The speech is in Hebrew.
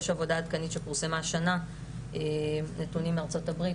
יש עבודה עדכנית שפורסמה השנה עם נתונים מארצות הברית,